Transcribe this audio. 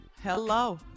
Hello